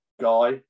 guy